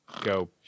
go